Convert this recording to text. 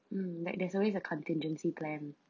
mm like there's always a contingency plan